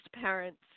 parents